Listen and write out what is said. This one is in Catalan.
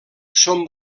són